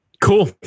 cool